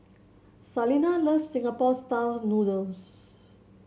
Salina loves Singapore style noodles